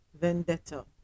vendetta